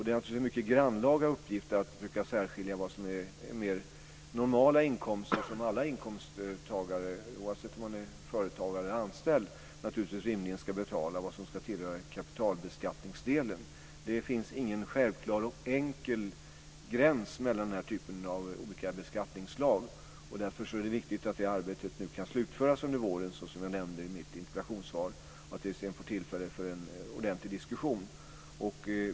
Det är en mycket grannlaga uppgift att försöka särskilja vad som är mer normala inkomster, vad alla inkomsttagare, oavsett om man är företagare eller anställd, rimligen ska betala, och vad som ska tillhöra kapitalbeskattningsdelen. Det finns ingen självklar och enkel gräns mellan dessa typer av olika beskattningsslag. Därför är det viktigt att detta arbete nu kan slutföras under våren, såsom jag nämnde i mitt interpellationssvar, och att vi sedan får tillfälle till en ordentlig diskussion.